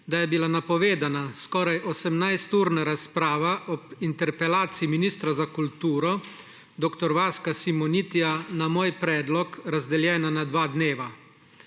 da je bila napovedana skoraj 18-urna razprava ob interpelaciji ministra za kulturo dr. Vaska Simonitija na moj predlog razdeljena na dva dneva